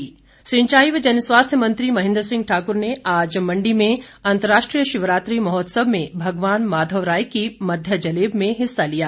महेन्द्र सिंह सिंचाई व जनस्वास्थ्य मंत्री महेन्द्र सिंह ठाकुर ने आज मंडी में अंतर्राष्ट्रीय शिवरात्रि महोत्सव में भगवान माधवराय की मध्य जलेब में हिस्सा लिया